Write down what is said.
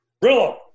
Brillo